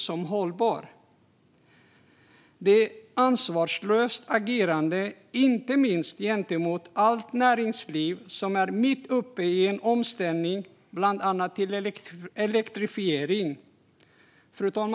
Det är ett ansvarslöst agerande, inte minst gentemot näringslivet som är mitt uppe i en omställning, bland annat till elektrifiering. Fru talman!